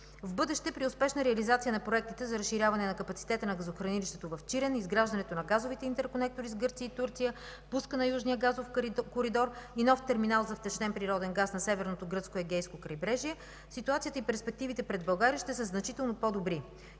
В бъдеще при успешна реализация на проектите за разширяване на капацитета на газохранилището в Чирен, изграждането на газовите интерконектори с Гърция и Турция, пускането на южния газов коридор и нов терминал за втечнен природен газ на северното гръцко Егейско крайбрежие, ситуацията и перспективите пред България ще са значително по-добри.